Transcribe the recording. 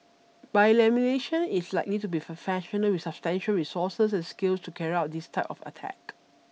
by elimination it's likely to be professionals with substantial resources and skills to carry out this type of attack